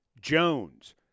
Jones